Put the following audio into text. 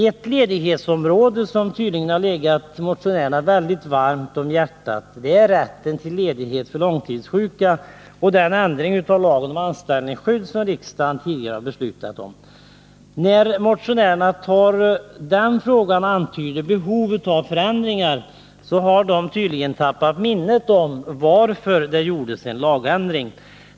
Ett ledighetsområde som tydligen har legat motionärerna väldigt varmt om hjärtat är rätten till ledighet för långtidssjuka och den ändring av lagen om anställningsskydd som riksdagen tidigare har beslutat om. När motionärerna tar upp den frågan och antyder behovet av förändringar, har de tydligen tappat minnet av varför det gjordes en lagändring.